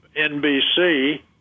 NBC